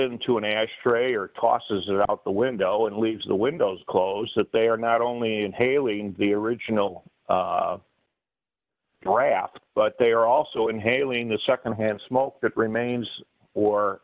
into an ashtray or tosses it out the window and leaves the windows close that they are not only inhaling the original graphic but they are also inhaling the secondhand smoke that remains or